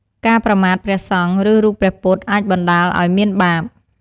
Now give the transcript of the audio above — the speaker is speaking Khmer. ការប្រមាថព្រះសង្ឃ ឬរូបព្រះពុទ្ធអាចបណ្តាលឲ្យមានបាប។